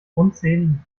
unzähligen